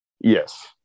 Yes